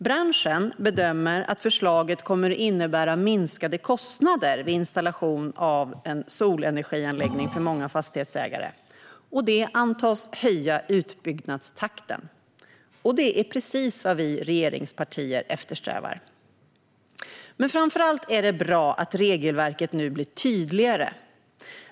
Branschen bedömer att förslaget kommer att innebära minskade kostnader vid installation av en solenergianläggning för många fastighetsägare, vilket antas höja utbyggnadstakten. Det är precis vad vi regeringspartier eftersträvar. Framför allt är det bra att regelverket nu blir tydligare.